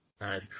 Nice